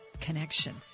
connection